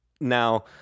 Now